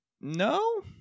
No